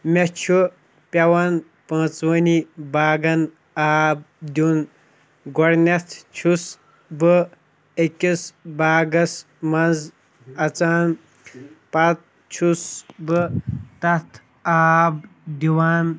مےٚ چھُ پٮ۪وان پانٛژوٕنی باغَن آب دیُن گۄڈنٮ۪تھ چھُس بہٕ أکِس باغَس منٛز اَژان پَتہٕ چھُس بہٕ تَتھ آب دِوان